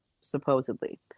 supposedly